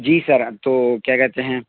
جی sir تو کیا کہتے ہیں